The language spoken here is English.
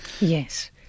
yes